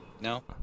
no